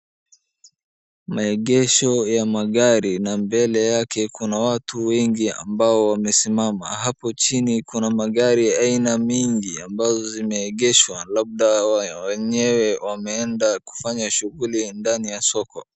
Maegesho ya magari na mbele yake kuna watu wengi ambao wamesimama. Hapo chini kuna magari ya aina mingi ambazo zimeegeshwa. Labda wenyewe wameenda kufanya shughuli ndani ya soko.